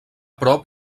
prop